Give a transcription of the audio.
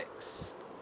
tax